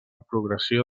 progressió